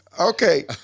okay